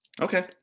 Okay